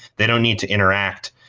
they don't need to interact.